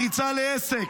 פריצה לעסק,